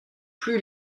plus